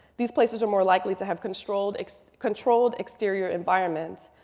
these places are more likely to have controlled controlled exterior environments,